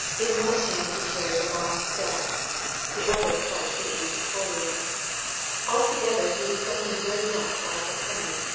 in one hand he carried a long staff the other clutched an ancient folio altogether he was something very much out of the common,